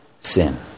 sin